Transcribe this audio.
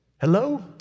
Hello